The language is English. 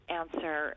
answer